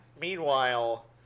Meanwhile